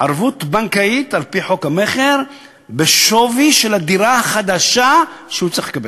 ערבות בנקאית על-פי חוק המכר בשווי של הדירה החדשה שהוא צריך לקבל.